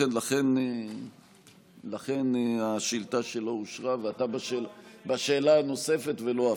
לכן השאילתה שלו אושרה ואתה בשאלה הנוספת ולא הפוך.